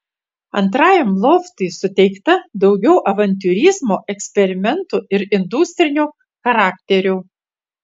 antrajam loftui suteikta daugiau avantiūrizmo eksperimentų ir industrinio charakterio